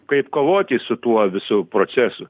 kaip kovoti su tuo visu procesu